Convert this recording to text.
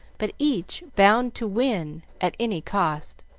but each bound to win at any cost.